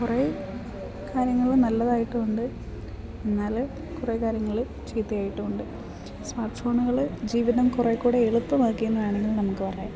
കുറെ കാര്യങ്ങൾ നല്ലതായിട്ടുണ്ട് എന്നാൽ കുറെ കാര്യങ്ങൾ ചീത്തയായിട്ടും ഉണ്ട് സ്മാർട്ട് ഫോണുകൾ ജീവിതം കുറെ കൂടെ എളുപ്പം ആക്കിയെന്ന് വേണം എങ്കിൽ നമുക്ക് പറയാം